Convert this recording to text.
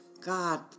God